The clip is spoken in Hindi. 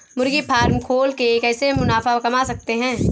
मुर्गी फार्म खोल के कैसे मुनाफा कमा सकते हैं?